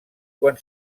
quan